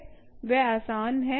वह आसान है